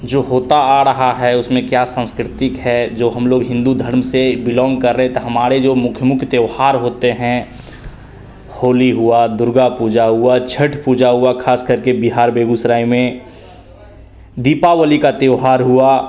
जो होता आड़ रहा है उसमें क्या साँस्कृतिक है जो हम लोग हिंदू धर्म से बिलाँग कर रहे तो हमारे जो मुख्य मुख्य त्यौहार होते हैं होली हुआ दुर्गा पूजा हुआ छठ पूजा हुआ ख़ासकर के बिहार बेगूसराय में दीपावली का त्यौहार हुआ